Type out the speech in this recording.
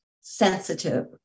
sensitive